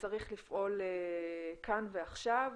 וצריך לפעול כאן ועכשיו.